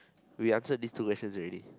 we answered these two questions already